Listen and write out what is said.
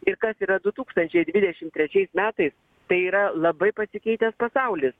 ir kas yra du tūkstančiai dvidešim trečiais metais tai yra labai pasikeitęs pasaulis